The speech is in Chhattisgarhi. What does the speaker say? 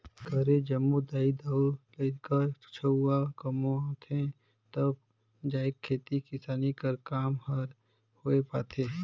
घरे जम्मो दाई दाऊ,, लरिका छउवा कमाथें तब जाएके खेती किसानी कर काम हर होए पाथे